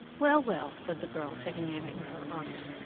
well, well, said the girl, taking him in her arms,